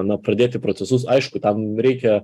na pradėti procesus aišku tam reikia